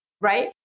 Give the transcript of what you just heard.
Right